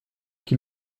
qui